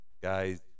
guys